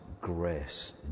grace